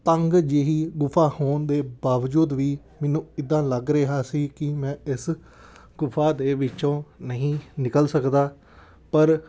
ਤੰਗ ਜਿਹੀ ਗੁਫ਼ਾ ਹੋਣ ਦੇ ਬਾਵਜੂਦ ਵੀ ਮੈਨੂੰ ਇੱਦਾਂ ਲੱਗ ਰਿਹਾ ਸੀ ਕਿ ਮੈਂ ਇਸ ਗੁਫ਼ਾ ਦੇ ਵਿੱਚੋਂ ਨਹੀਂ ਨਿਕਲ ਸਕਦਾ ਪਰ